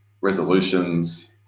resolutions